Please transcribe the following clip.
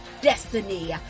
destiny